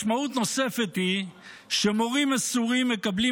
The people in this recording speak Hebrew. משמעות נוספת היא שמורים מסורים מקבלים